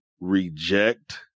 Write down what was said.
reject